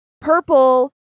purple